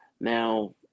Now